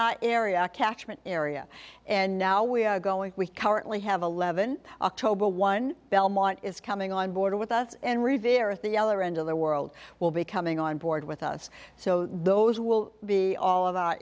catchment area and now we are going we currently have eleven october one belmont is coming on board with us and reviere at the other end of the world will be coming on board with us so those will be all of our